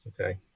okay